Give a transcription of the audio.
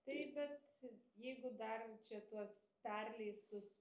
taip bet jeigu dar čia tuos perleistus